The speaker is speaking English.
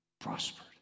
prospered